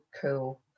cool